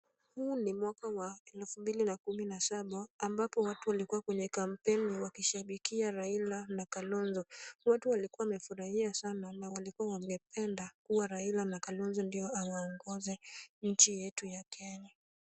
Huu ni mwaka wa elfu mbili na kumi na saba ambapo watu walikuwa kwenye kampeni wakishabikia Raila na Kalonzo. Watu walikuwa wamefurahia sana na walikuwa wamependa kuwa Raila na Kalonzo ndio awaongoze nchi yetu ya Kenya.